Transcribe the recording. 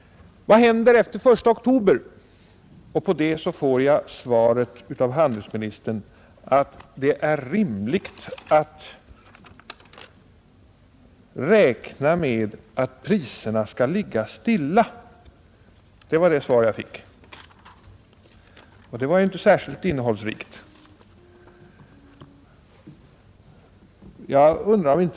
Vad händer efter den I oktober? Det svar jag fick av handelsministern var att det är rimligt att räkna med att priserna skall ligga stilla, och det svaret var ju inte särskilt innehållsrikt.